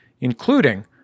including